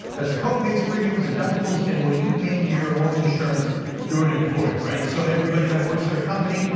that's co-pays, premiums, deductibles and what you pay into your own insurance through an employer, right? so everybody that works at a company,